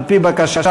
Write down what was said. על-פי בקשה,